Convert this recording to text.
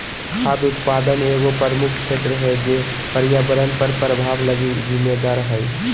खाद्य उत्पादन एगो प्रमुख क्षेत्र है जे पर्यावरण पर प्रभाव लगी जिम्मेदार हइ